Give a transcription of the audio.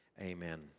amen